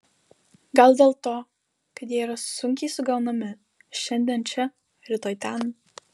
gal dėl to kad jie yra sunkiai sugaunami šiandien čia rytoj ten